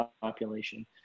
population